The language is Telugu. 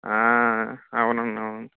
అవునండి అవును